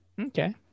Okay